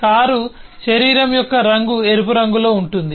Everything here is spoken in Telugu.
కారు శరీరం యొక్క రంగు ఎరుపు రంగులో ఉంటుంది